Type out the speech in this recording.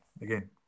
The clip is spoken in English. again